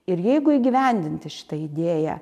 ir jeigu įgyvendinti šitą idėją